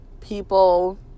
people